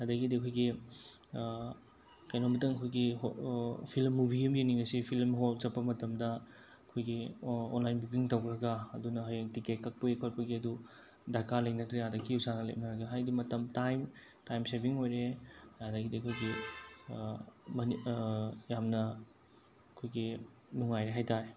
ꯑꯗꯒꯤꯗꯤ ꯑꯩꯈꯣꯏꯒꯤ ꯀꯩꯅꯣꯝꯇꯪ ꯑꯩꯈꯣꯏꯒꯤ ꯐꯤꯂꯝ ꯃꯨꯚꯤ ꯑꯃ ꯌꯦꯡꯅꯤꯡꯉꯦ ꯁꯤ ꯐꯤꯂꯝ ꯍꯣꯜ ꯆꯠꯄ ꯃꯇꯝꯗ ꯑꯩꯈꯣꯏꯒꯤ ꯑꯣꯟꯂꯥꯏꯟ ꯕꯨꯀꯤꯡ ꯇꯧꯔꯒ ꯑꯗꯨꯅ ꯍꯌꯦꯟ ꯇꯤꯛꯀꯦꯠ ꯀꯥꯛꯄꯒꯤ ꯈꯣꯠꯄꯒꯤ ꯑꯗꯨ ꯗꯔꯀꯥꯔ ꯂꯩꯅꯗ꯭ꯔꯦ ꯑꯗꯥ ꯀ꯭ꯌꯨ ꯁꯥꯡꯅ ꯂꯦꯞꯅꯔꯅꯤ ꯍꯥꯏꯗꯤ ꯃꯇꯃ ꯇꯥꯏꯝ ꯇꯥꯏꯝ ꯁꯦꯚꯤꯡ ꯑꯣꯏꯔꯦ ꯑꯗꯒꯤꯗꯤ ꯑꯩꯈꯣꯏꯒꯤ ꯌꯥꯝꯅ ꯑꯩꯈꯣꯏꯒꯤ ꯅꯨꯉꯥꯏꯔꯦ ꯍꯥꯏꯇꯥꯔꯦ